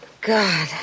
God